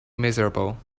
miserable